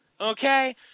okay